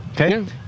okay